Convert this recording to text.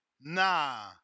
Nah